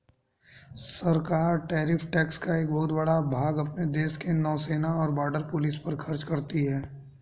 सरकार tariff tax का एक बहुत बड़ा भाग अपने देश के नौसेना और बॉर्डर पुलिस पर खर्च करती हैं